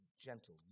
gentle